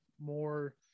more